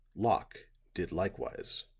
locke did likewise.